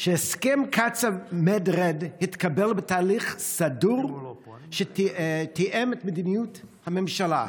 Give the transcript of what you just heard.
שהסכם קצא"א Med-Red התקבל בתהליך סדור שתאם את מדיניות הממשלה,